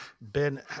Ben